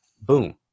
boom